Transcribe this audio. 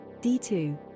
d2